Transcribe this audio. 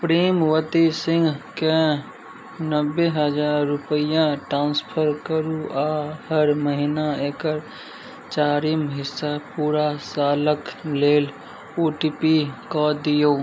प्रेमवती सिंहके नब्बे हजार रुपैआ ट्रांसफर करू आओर हर महीना एकर चारिम हिस्सा पूरा सालक लेल ओ टी पी कऽ दियौ